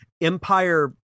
Empire